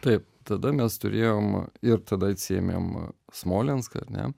taip tada mes turėjom ir tada atsiėmėm smolenską ar ne